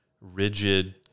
rigid